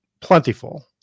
plentiful